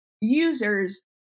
users